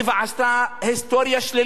עשתה היסטוריה שלילית